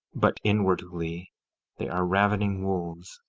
but inwardly they are ravening wolves.